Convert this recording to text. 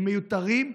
הם מיותרים,